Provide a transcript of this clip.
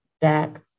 back